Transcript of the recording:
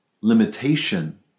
limitation